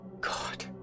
God